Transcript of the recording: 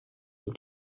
het